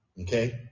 Okay